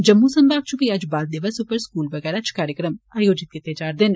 जम्मू संभाग च बी अज्ज बाल दिवस उप्पर स्कूलें बगैरा च कार्यक्रम आयोजित कीत्ते जा करदे न